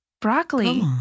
Broccoli